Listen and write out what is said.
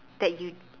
that you